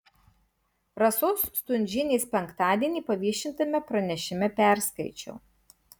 rasos stundžienės penktadienį paviešintame pranešime perskaičiau